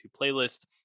playlist